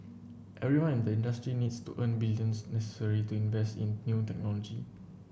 everyone in the industry needs to earn the billions necessary to invest in new technology